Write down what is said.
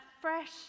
fresh